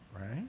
right